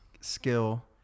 skill